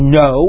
no